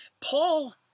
Paul